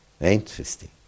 Interesting